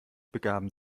begaben